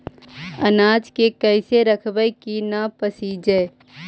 अनाज के कैसे रखबै कि न पसिजै?